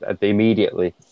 immediately